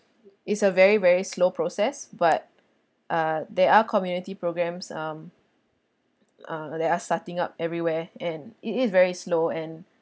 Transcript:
is a very very slow process but uh there are community programmes um uh that are starting up everywhere and it is very slow and